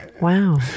Wow